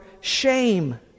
shame